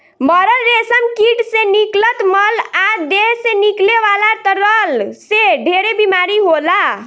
मरल रेशम कीट से निकलत मल आ देह से निकले वाला तरल से ढेरे बीमारी होला